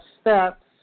steps